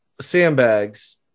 Sandbags